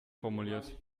formuliert